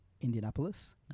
Indianapolis